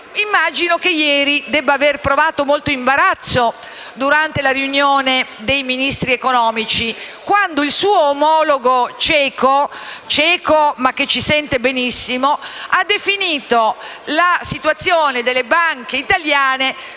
immagino che ieri debba aver provato molto imbarazzo durante la riunione dei Ministri economici, quando il suo omologo ceco - ma che ci sente benissimo - ha definito la situazione delle banche italiane